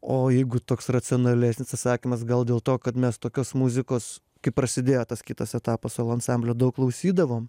o jeigu toks racionalesnis atsakymas gal dėl to kad mes tokios muzikos kaip prasidėjo tas kitas etapas solo ansamblio daug klausydavom